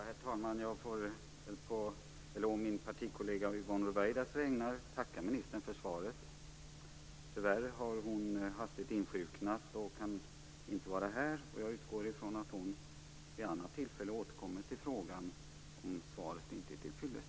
Herr talman! Jag får på min partikollega Yvonne Ruwaidas vägnar tacka ministern för svaret. Tyvärr har hon hastigt insjuknat och kan inte vara här. Jag utgår från att hon vid annat tillfälle återkommer till frågan om svaret inte är till fyllest.